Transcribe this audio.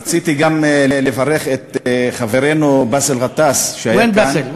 רציתי גם לברך את חברנו באסל גטאס, ווין באסל?